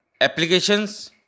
applications